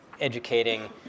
educating